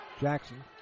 Jackson